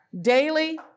daily